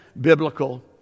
biblical